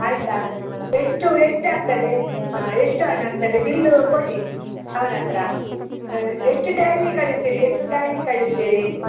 ಆಯಿತಾ ಎಷ್ಟು ಎಷ್ಟಾಗ್ತದೆ ಹಾಂ ಎಷ್ಟು ಹಣ ಆಗ್ತದೆ ಬಿಲ್ಲು ಕೊಡಿ ಅವನ ಹತ್ರ ಹಾಂ ಎಷ್ಟು ಟೈಮಿಗೆ ಕಳಿಸ್ತೀರಿ ಎಷ್ಟು ಟೈಮಿಗೆ ಕಳಿಸ್ತೀರಿ